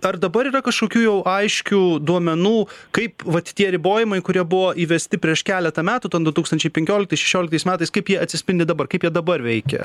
ar dabar yra kažkokių jau aiškių duomenų kaip vat tie ribojimai kurie buvo įvesti prieš keletą metų ten du tūkstančiai penkioliktais šešioliktais metais kaip jie atsispindi dabar kaip jie dabar veikia